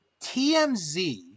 TMZ